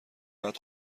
بعد